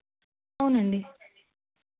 అవునండి